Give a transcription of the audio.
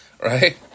Right